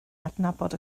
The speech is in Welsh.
adnabod